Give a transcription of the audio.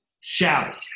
shout